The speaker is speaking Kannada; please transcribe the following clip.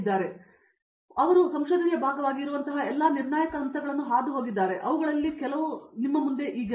ಆದ್ದರಿಂದ ಅವರು ಸಂಶೋಧನೆಯ ಭಾಗವಾಗಿ ಇರುವಂತಹ ಎಲ್ಲ ನಿರ್ಣಾಯಕ ಹಂತಗಳನ್ನು ಹಾದು ಹೋಗಿದ್ದಾರೆ ಮತ್ತು ಅವುಗಳಲ್ಲಿ ಕೆಲವು ಮುಂದೆ ಇಲ್ಲಿವೆ